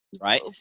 right